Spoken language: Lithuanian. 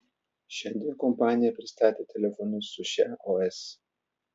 šiandien kompanija pristatė telefonus su šia os